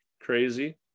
crazy